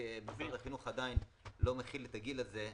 רק שמשרד החינוך עדיין לא מכיל את הגיל הזה,